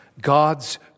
God's